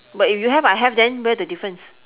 but if you have I have then where the difference